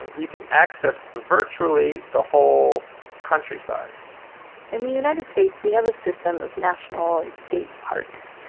and you can access virtually the whole countryside in the united states we have a system of national and state parks,